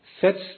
sets